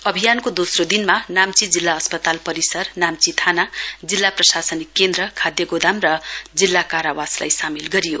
अभियानको दोस्रो दिनमा नाम्ची जिल्ला आस्पताल परिसर नाम्ची थाना जिल्ला प्रशासनिक केन्द्र खाद्य गोदाम र नाम्ची जिल्ला कारावासलाई सामेल गरियो